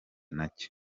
nacyo